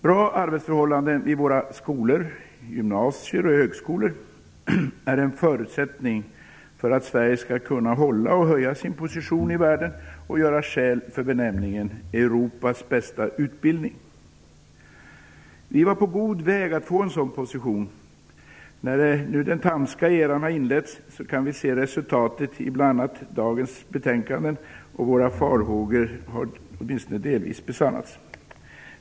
Bra arbetsförhållanden vid våra skolor, gymnasier och högskolor är en förutsättning för att Sverige skall kunna hålla och höja sin position i världen och göra skäl för att anses ha Europas bästa utbildning. Vi var på god väg att få en sådan position. När nu den Thamska eran har inletts kan vi se av resultatet i bl.a. dagens betänkanden att våra farhågor har, åtminstone delvis, besannats.